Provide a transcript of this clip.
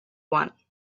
want